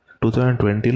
2020